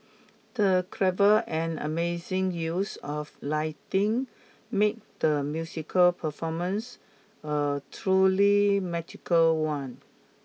the clever and amazing use of lighting made the musical performance a truly magical one